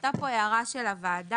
עלתה פה הערה של הוועדה,